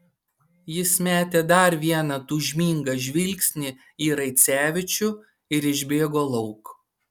jis metė dar vieną tūžmingą žvilgsnį į raicevičių ir išbėgo lauk